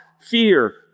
fear